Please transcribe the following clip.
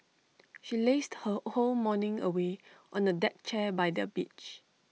she lazed her whole morning away on A deck chair by the beach